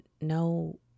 No